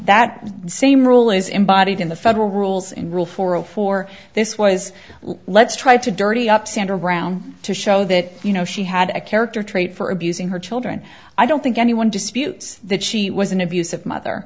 the same rule is embodied in the federal rules in rule four zero four this was let's try to dirty up sand around to show that you know she had a character trait for abusing her children i don't think anyone disputes that she was an abusive mother